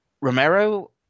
Romero